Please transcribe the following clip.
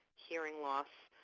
hearing loss,